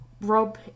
Rob